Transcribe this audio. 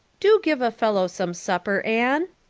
do give a fellow some supper, anne.